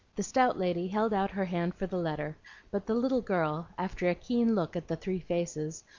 the stout lady held out her hand for the letter but the little girl, after a keen look at the three faces,